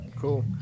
Cool